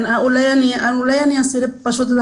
אלה